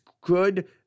good